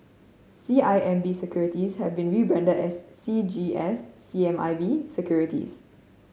C I M B Securities have been rebranded as C G S C M I B Securities